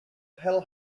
hell